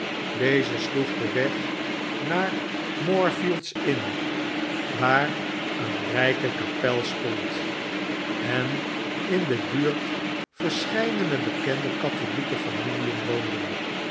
deze sloeg den weg naar mo or fie ids in waar een njke kapel stond en in de buurt verscheidene bekende katholieke familien woonden